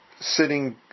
sitting